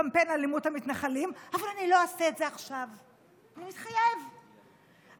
לא, אני אבוא אליך